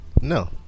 No